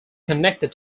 connected